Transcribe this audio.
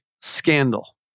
scandal